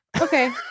Okay